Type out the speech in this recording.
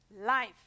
life